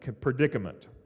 predicament